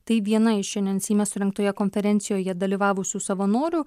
tai viena iš šiandien seime surengtoje konferencijoje dalyvavusių savanorių